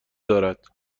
دارد